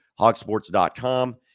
hogsports.com